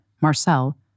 Marcel